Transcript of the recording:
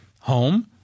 home